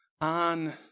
on